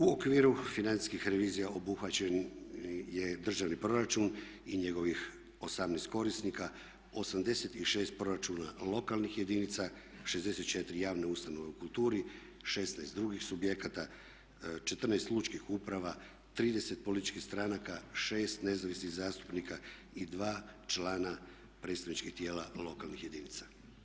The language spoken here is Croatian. U okviru financijskih revizija obuhvaćen je državni proračun i njegovih 18 korisnika, 86 proračuna lokalnih jedinica, 64 javne ustanove u kulturi, 16 drugih subjekata, 14 lučkih uprava, 30 političkih stranaka, 6 nezavisnih zastupnika i 2 člana predstavničkih tijela lokalnih jedinica.